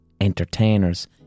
entertainers